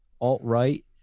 alt-right